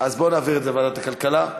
אז נעביר את זה לוועדת הכלכלה?